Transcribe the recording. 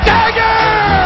Dagger